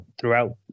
throughout